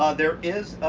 ah there is,